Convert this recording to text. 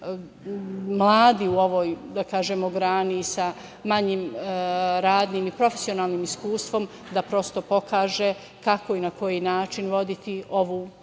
mladi u ovoj grani, sa manjim radnim i profesionalnim iskustvom, da prosto pokaže kako i na koji način voditi ovu